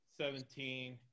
seventeen